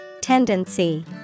Tendency